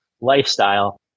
lifestyle